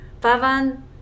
pavan